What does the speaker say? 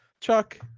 Chuck